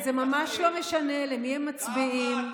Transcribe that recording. וזה ממש לא משנה למי הם מצביעים,